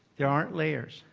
there aren't layers.